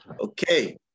Okay